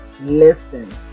Listen